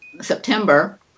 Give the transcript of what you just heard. September